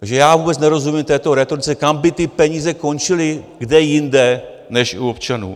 Takže já vůbec nerozumím této rétorice, kde by ty peníze končily kde jinde než u občanů?